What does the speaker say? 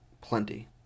plenty